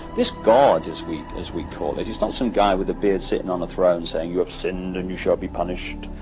this god, as we as we call it it's not some guy with a beard sitting in um a throne and saying you've sinned and you shall be punished,